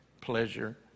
pleasure